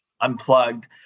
unplugged